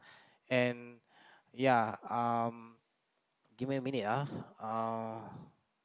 and ya um give me a minute uh um